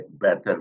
better